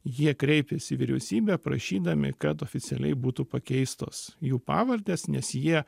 jie kreipėsi į vyriausybę prašydami kad oficialiai būtų pakeistos jų pavardės nes jie